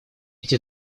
эти